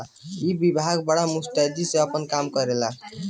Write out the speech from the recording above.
ई विभाग बड़ा मुस्तैदी से आपन काम करेला